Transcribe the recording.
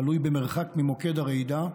תלוי במרחק ממוקד הרעידה,